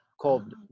called